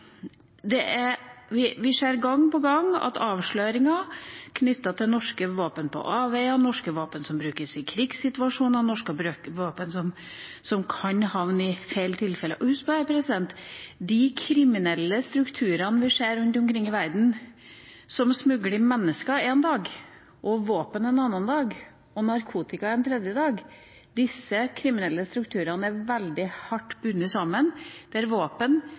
Vi ser gang på gang avsløringer knyttet til norske våpen på avveier, norske våpen som brukes i krigssituasjoner, norske våpen som i noen tilfeller kan havne feil. De kriminelle strukturene vi ser rundt omkring i verden – som smugler mennesker én dag, våpen en annen dag og narkotika en tredje dag – er veldig hardt bundet sammen, der våpen,